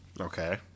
Okay